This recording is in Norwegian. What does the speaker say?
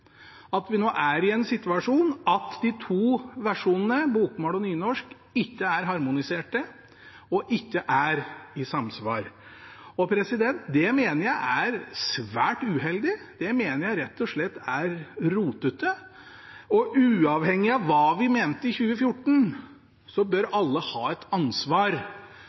Vi er nå i en situasjon der de to versjonene – bokmål og nynorsk – ikke er harmonisert og ikke er i samsvar. Det mener jeg er svært uheldig. Det mener jeg rett og slett er rotete. Uavhengig av hva vi mente i 2014, bør alle ta ansvar